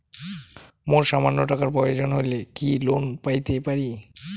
মোর সামান্য টাকার প্রয়োজন হইলে কি লোন পাইতে পারি?